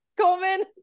Coleman